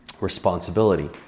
responsibility